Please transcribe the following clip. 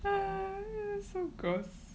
gross